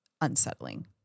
unsettling